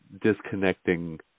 disconnecting